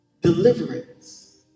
deliverance